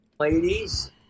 Ladies